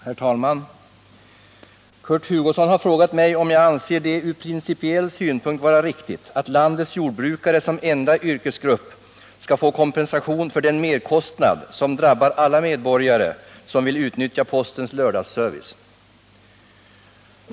Herr talman! Kurt Hugosson har frågat mig om jag anser det ur principiell synpunkt vara riktigt att landets jordbrukare som enda yrkesgrupp skall få kompensation för den merkostnad som drabbar alla medborgare som vill utnyttja postens lördagsservice.